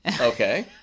Okay